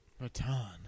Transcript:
Baton